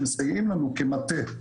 שמסייעים לנו כמטה,